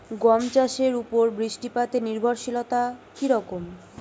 গম চাষের উপর বৃষ্টিপাতে নির্ভরশীলতা কী রকম?